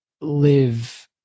live